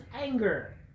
anger